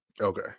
Okay